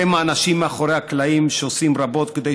אתם האנשים מאחורי הקלעים שעושים רבות כדי